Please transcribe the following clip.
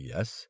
Yes